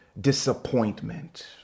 disappointment